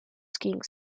skiing